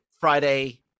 Friday